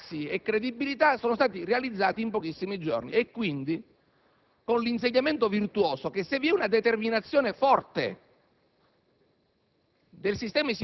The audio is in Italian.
benefici, incassi e credibilità, sono state realizzate in pochissimi giorni, e quindi con l'insegnamento virtuoso che se vi è una determinazione forte